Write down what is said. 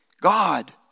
God